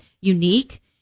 unique